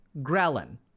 ghrelin